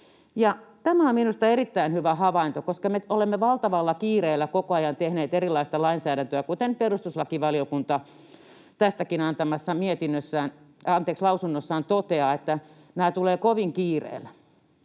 Tämä on minusta erittäin hyvä havainto, koska me olemme valtavalla kiireellä koko ajan tehneet erilaita lainsäädäntöä, kuten perustuslakivaliokunta tästäkin antamassaan lausunnossa toteaa, että nämä tulevat kovin kiireellä.